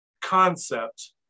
concept